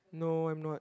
no I'm not